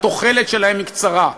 התוחלת שלהם היא קצרה.